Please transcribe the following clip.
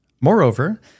Moreover